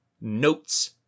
notes